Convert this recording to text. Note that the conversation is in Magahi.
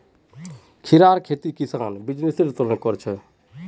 कीड़ार खेती किसान बीजनिस्सेर तने कर छे